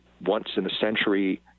once-in-a-century